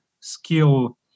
skill